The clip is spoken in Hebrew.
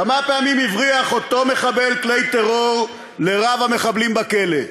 כמה פעמים הבריח אותו מחבל כלי טרור לרב-המחבלים בכלא?